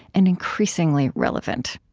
and increasingly relevant